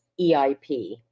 EIP